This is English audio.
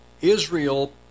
Israel